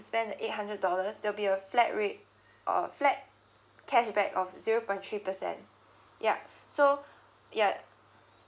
spend the eight hundred dollars there'll be a flat rate or flat cashback of zero point three percent yup so ya